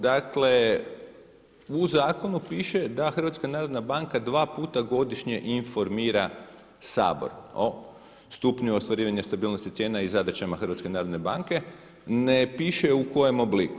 Dakle u zakonu piše da HNB dva puta godišnje informira Sabor o stupnju ostvarivanja stabilnosti cijena i zadaćama HNB-a, ne piše u kojem obliku.